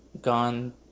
gone